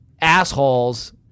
assholes